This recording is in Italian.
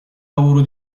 lavoro